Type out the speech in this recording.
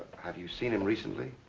had you seen him recently?